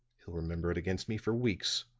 he'll remember it against me for weeks.